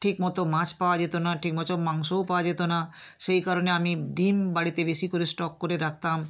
ঠিকমতো মাছ পাওয়া যেতো না ঠিকমতো মাংসও পাওয়া যেতো না সেই কারণে আমি ডিম বাড়িতে বেশি করে স্টক করে রাখতাম